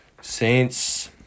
saints